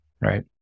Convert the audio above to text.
right